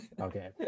Okay